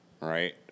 right